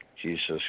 Jesus